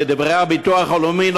לדברי הביטוח הלאומי,